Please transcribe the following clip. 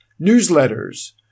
newsletters